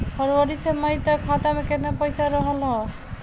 फरवरी से मई तक खाता में केतना पईसा रहल ह?